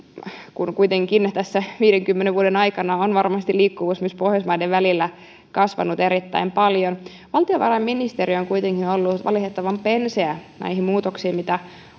kun kuitenkin tässä viidenkymmenen vuoden aikana on varmasti liikkuvuus myös pohjoismaiden välillä kasvanut erittäin paljon valtiovarainministeriö on kuitenkin ollut valitettavan penseä näihin muutoksiin mitä